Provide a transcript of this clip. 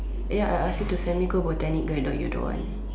ya I ask you send me go Botanic garden you don't want